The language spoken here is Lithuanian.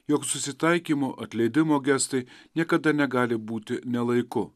jog susitaikymo atleidimo gestai niekada negali būti ne laiku